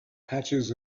patches